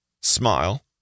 Smile